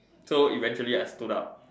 so eventually I stood up